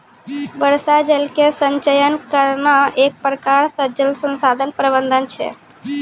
वर्षा जल के संचयन करना एक प्रकार से जल संसाधन प्रबंधन छै